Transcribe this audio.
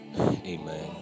Amen